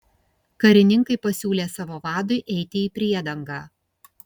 karininkai pasiūlė savo vadui eiti į priedangą